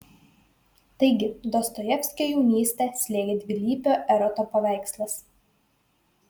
taigi dostojevskio jaunystę slėgė dvilypio eroto paveikslas